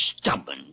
stubborn